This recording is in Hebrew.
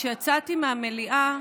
כשיצאתי מהמליאה,